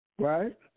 Right